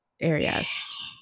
areas